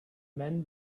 men